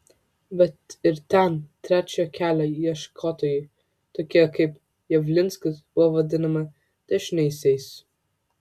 bet ir ten trečiojo kelio ieškotojai tokie kaip javlinskis buvo vadinami dešiniaisiais